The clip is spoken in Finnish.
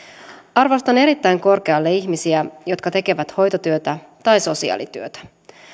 arvostan erittäin korkealle ihmisiä jotka tekevät hoitotyötä tai sosiaalityötä